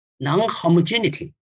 non-homogeneity